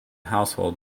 household